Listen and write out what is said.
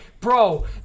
bro